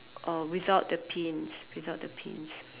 uh without the pins without the pins